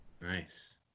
nice